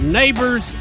neighbors